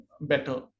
better